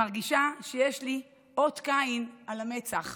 אני מרגישה שיש לי אות קין על המצח.